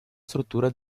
struttura